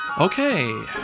Okay